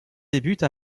débute